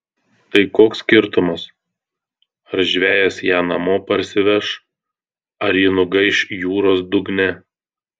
tai koks skirtumas ar žvejas ją namo parsiveš ar ji nugaiš jūros dugne